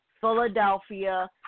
Philadelphia